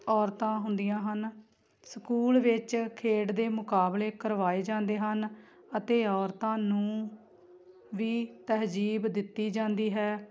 ਔਰਤਾਂ ਹੁੰਦੀਆਂ ਹਨ ਸਕੂਲ ਵਿੱਚ ਖੇਡ ਦੇ ਮੁਕਾਬਲੇ ਕਰਵਾਏ ਜਾਂਦੇ ਹਨ ਅਤੇ ਔਰਤਾਂ ਨੂੰ ਵੀ ਤਹਿਜੀਬ ਦਿੱਤੀ ਜਾਂਦੀ ਹੈ